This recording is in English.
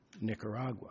Nicaragua